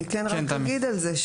אני כן רק אגיד על זה,